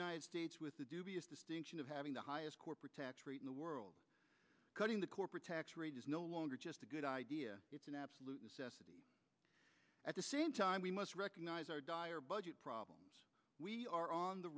united states with the dubious distinction of having the highest corporate tax rate in the world cutting the corporate tax rate is no longer just a good idea it's an absolute necessity at the same time we must recognize our dire budget problem we are on the